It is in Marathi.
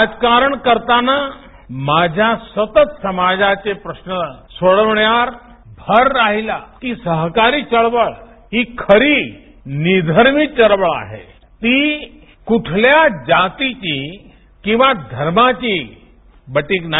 राजकारण करताना माझ्या सतत समाजाचे प्रश्न सोडवण्यावर भर राहिला आहे की सहकारी चळवळ ही खरी निधर्मी चळवळ आहे ती कुठल्या जातीची किंवा धर्माची बटीक नाही